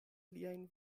liajn